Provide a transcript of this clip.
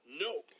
Nope